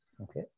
Okay